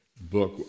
book